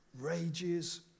rages